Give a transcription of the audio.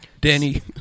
Danny